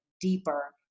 deeper